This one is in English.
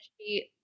she-